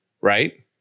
right